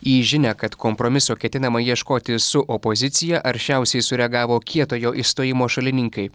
į žinią kad kompromiso ketinama ieškoti su opozicija aršiausiai sureagavo kietojo išstojimo šalininkai